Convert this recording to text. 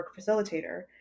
facilitator